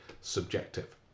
subjective